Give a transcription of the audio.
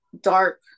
dark